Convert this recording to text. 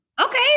okay